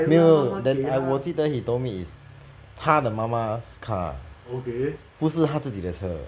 没有 then I 我记得 he told me is 他的妈妈 car 不是他自己的车